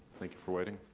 thank you for waiting.